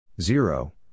Zero